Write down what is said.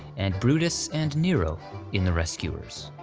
and brutus and nero in the rescuers.